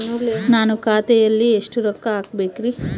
ನಾನು ಖಾತೆಯಲ್ಲಿ ಎಷ್ಟು ರೊಕ್ಕ ಹಾಕಬೇಕ್ರಿ?